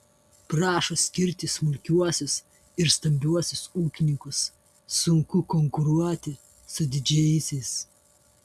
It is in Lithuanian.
prašo skirti smulkiuosius ir stambiuosius ūkininkus sunku konkuruoti su didžiaisiais